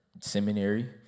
seminary